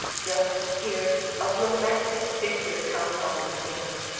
just here a romantic figure comes on the scene.